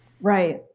Right